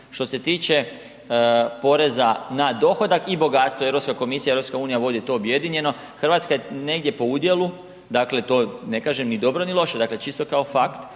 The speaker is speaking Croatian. što se tiče poreza na dohodak i bogatstvo, Europska komisija, EU, vodi to objedinjeno, RH je negdje po udjelu, dakle to ne kažem ni dobro, ni loše, čisto kao fakt